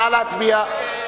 נא להצביע.